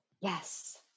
Yes